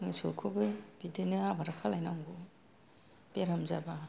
मोसौखौबो बिदिनो आबाद खालाम नांगौ बेराम जाबा